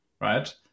Right